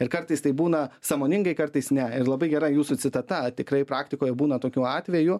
ir kartais tai būna sąmoningai kartais ne ir labai gera jūsų citata tikrai praktikoje būna tokių atvejų